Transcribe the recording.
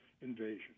invasion